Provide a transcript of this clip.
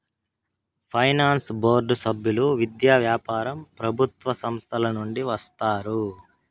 finance board సభ్యులు విద్య, వ్యాపారం ప్రభుత్వ సంస్థల నుండి వస్తారు